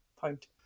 point